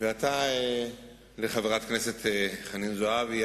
ועתה לחברת הכנסת חנין זועבי.